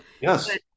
yes